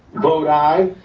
vote aye.